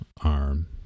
arm